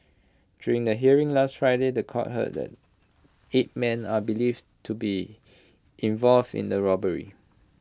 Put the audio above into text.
during the hearing last Friday The Court heard that eight men are believed to be involved in the robbery